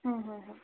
হু হু হু